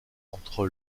entre